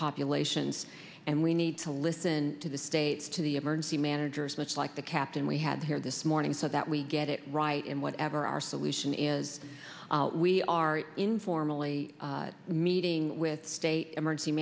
populations and we need to listen to the states to the emergency managers much like the captain we had here this morning so that we get it right and whatever our solution is we are informally meeting with state emergency